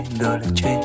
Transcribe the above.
dolce